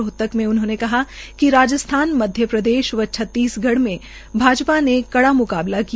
रोहतक मे उन्होंने कहा कि राजस्थान मध्यप्रदेश व छत्तीसगढ़ में भाजपा ने कड़ा म्काबला किया